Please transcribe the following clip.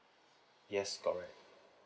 yes correct